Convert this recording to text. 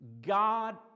God